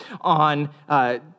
on